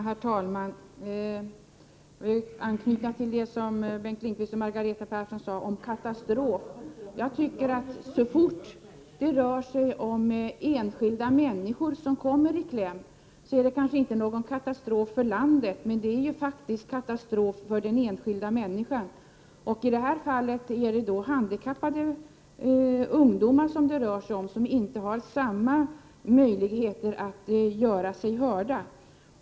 Herr talman! Bengt Lindqvist och Margareta Persson talade om en katastrof, och jag vill anknyta till det som de sade. Om enskilda människor kommer i kläm, är det kanske inte någon katastrof för landet. Däremot är det en katastrof för de enskilda människorna. I det här fallet rör det sig om handikappade ungdomar som inte har samma möjligheter som andra ungdomar att göra sig hörda.